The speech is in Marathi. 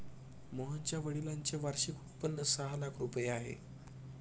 मोहनच्या वडिलांचे वार्षिक उत्पन्न सहा लाख रुपये आहे